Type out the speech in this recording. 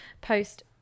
post